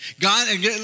God